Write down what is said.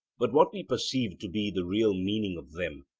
but what we perceive to be the real meaning of them,